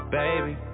baby